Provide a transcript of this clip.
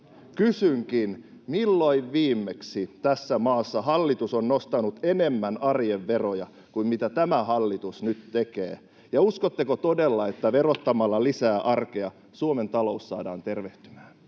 Kysynkin: milloin viimeksi tässä maassa hallitus on nostanut enemmän arjen veroja kuin mitä tämä hallitus nyt tekee, ja uskotteko todella, että verottamalla lisää arkea Suomen talous saadaan tervehtymään?